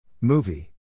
Movie